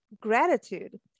gratitude